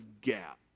gap